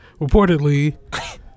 Reportedly